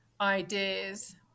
ideas